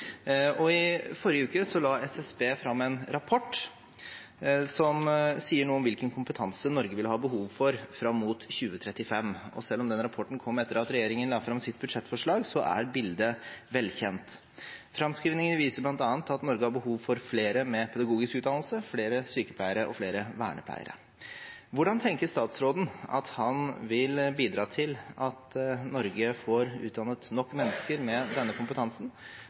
I forrige uke la SSB fram en rapport som sier noe om hvilken kompetanse Norge vil ha behov for fram mot 2035. Selv om den rapporten kom etter at regjeringen hadde lagt fram sitt budsjettforslag, er bildet velkjent. Framskrivninger viser bl.a. at Norge har behov for flere med pedagogisk utdannelse, flere sykepleiere og flere vernepleiere. Hvordan tenker statsråden at han vil bidra til at Norge får utdannet nok mennesker med denne kompetansen,